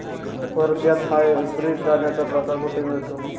वर्ध्यात हायब्रिड धान्याचा प्रकार कुठे मिळतो?